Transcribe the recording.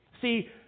See